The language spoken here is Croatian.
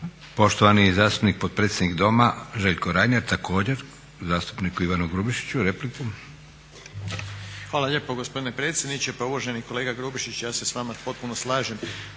Poštovani zastupnik potpredsjednik Doma Željko Reiner, također zastupniku Ivanu Grubišiću repliku. **Reiner, Željko (HDZ)** Hvala lijepo gospodine predsjedniče. Pa uvaženi kolega Grubišić ja se s vama potpuno slažem